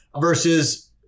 versus